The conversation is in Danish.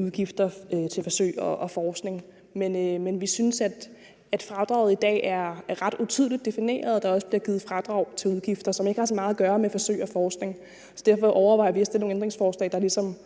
udgifter til forsøg og forskning, men vi synes, at fradraget i dag er ret utydeligt defineret, og at der også bliver givet fradrag til udgifter, som ikke har så meget at gøre med forsøg og forskning. Derfor overvejer vi at stille et ændringsforslag, der ligesom